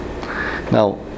Now